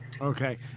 Okay